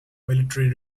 military